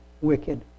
wicked